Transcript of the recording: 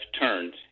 turned